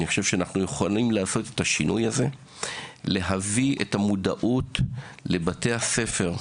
יכולים לעשות את השינוי הזה ולהביא את המודעות לבתי הספר,